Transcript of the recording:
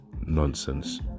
nonsense